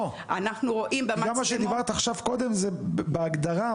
גם מה שדיברת עכשיו זה בהגדרה,